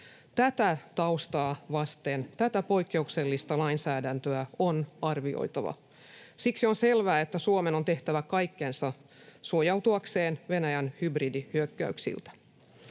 Tätä taustaa vasten tätä poikkeuksellista lainsäädäntöä on arvioitava. Siksi on selvää, että Suomen on tehtävä kaikkensa suojautuakseen Venäjän hybridihyökkäyksiltä.